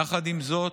יחד עם זאת,